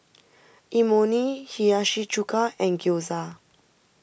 Imoni Hiyashi Chuka and Gyoza